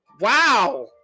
Wow